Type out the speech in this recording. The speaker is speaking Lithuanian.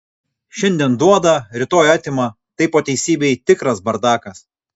šiandien duoda rytoj atima tai po teisybei tikras bardakas